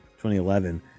2011